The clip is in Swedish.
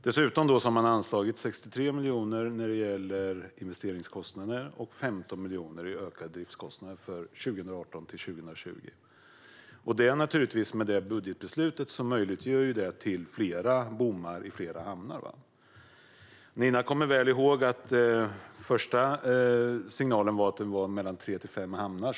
Dessutom har man anslagit 63 miljoner när det gäller investeringskostnader och 15 miljoner i ökade driftskostnader för 2018 till 2020. I och med detta budgetbeslut möjliggör man naturligtvis för fler bommar i fler hamnar. Som Nina väl kommer ihåg var den första signalen att bommar skulle införas i mellan tre och fem hamnar.